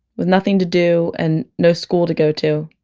with nothing to do and no school to go to,